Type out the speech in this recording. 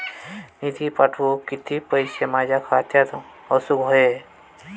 निधी पाठवुक किती पैशे माझ्या खात्यात असुक व्हाये?